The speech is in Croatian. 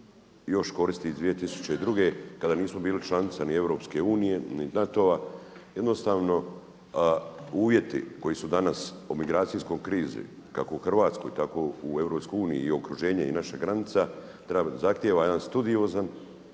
još koristi iz 2002. kada nismo bili članica ni EU ni NATO-a. Jednostavno uvjeti koji su danas u migracijskoj krizi kako u Hrvatskoj tako i u EU i okruženje i naših granica zahtjeva jedan studiozan